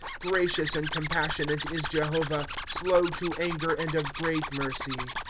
gracious and compassionate is jehovah slow to anger, and of great mercy,